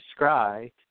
scry